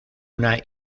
una